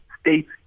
states